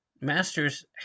Masters